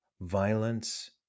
violence